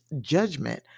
judgment